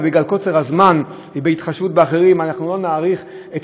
אבל בגלל קוצר הזמן ובהתחשבות באחרים לא נאריך את